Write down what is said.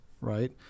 right